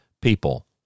people